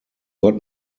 got